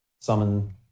summon